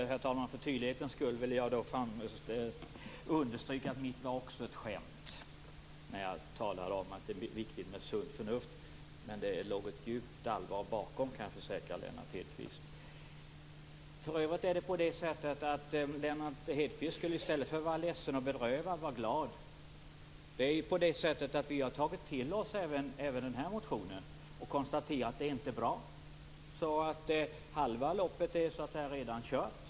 Herr talman! För tydlighetens skull vill jag understryka att också jag skämtade när jag talade om att det är viktigt med sunt förnuft - men jag kan försäkra Lennart Hedquist om att det låg ett djupt allvar bakom. Lennart Hedquist borde i stället för att vara ledsen och bedrövad vara glad. Vi har ju tagit till oss även den här motionen och konstaterar att det inte är bra. Halva loppet är alltså redan kört.